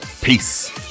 Peace